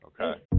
Okay